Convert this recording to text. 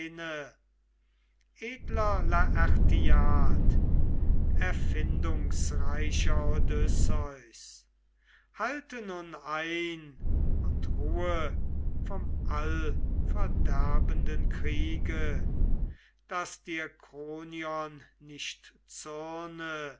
erfindungsreicher odysseus halte nun ein und ruhe vom allverderbenden kriege daß dir kronion nicht